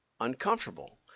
uncomfortable